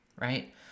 Right